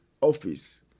office